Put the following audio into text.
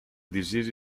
disease